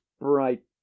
bright